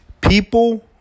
people